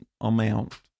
amount